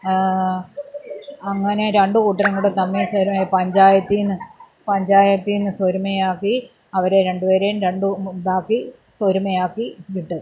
അങ്ങനെ രണ്ടു കൂട്ടരുംകൂടി തമ്മിൽ സെരമായി പഞ്ചായത്തിൽ നിന്ന് പഞ്ചായത്തിൽ നിന്ന് സൊരുമയാക്കി അവരെ രണ്ടുപേരേയും രണ്ടു ഇതാക്കി സൊരുമയാക്കി വിട്ടു